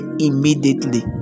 immediately